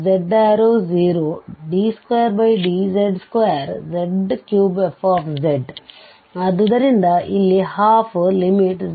z→0d2dz2z3f⁡ ಆದ್ದರಿಂದ ಇಲ್ಲಿ 12z→0d2dz2z1z 2